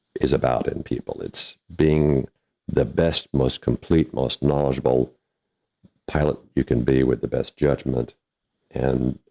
is about in people it's being the best, most complete, most knowledgeable pilot, you can be with the best judgment and,